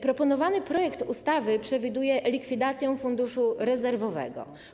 Proponowany projekt ustawy przewiduje likwidację funduszu rezerwowego.